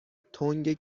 تنگ